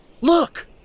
Look